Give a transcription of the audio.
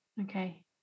Okay